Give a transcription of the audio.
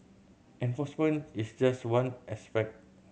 enforcement is just one aspect